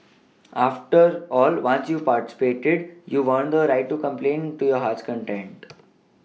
after all once you've participated you've earned the right to complain to your heart's content